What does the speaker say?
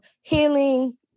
healing